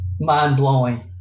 Mind-blowing